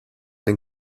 den